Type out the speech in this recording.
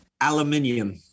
Aluminium